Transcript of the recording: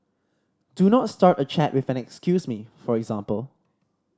do not start a chat with an excuse me for example